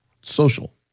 Social